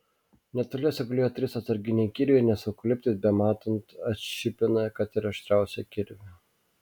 netoliese gulėjo trys atsarginiai kirviai nes eukaliptas bematant atšipina kad ir aštriausią kirvį